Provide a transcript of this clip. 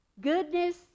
Goodness